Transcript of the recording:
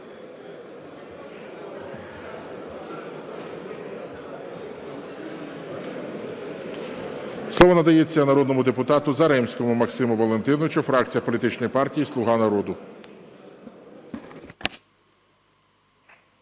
Слово надається народному депутату Заремському Максиму Валентиновичу, фракція політичної партії "Слуга народу".